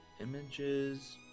Images